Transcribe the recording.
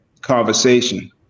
conversation